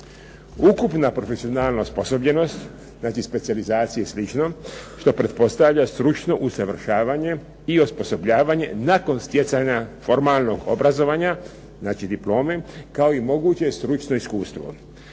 ukupna profesionalna osposobljenost. Znači specijalizacije i slično što pretpostavlja stručno usavršavanje i osposobljavanje nakon stjecanja formalnog obrazovanja, znači diplome kao i moguće stručno iskustvo.